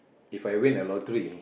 If I win a lottery